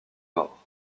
morts